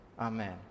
Amen